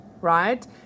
right